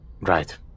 right